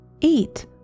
eat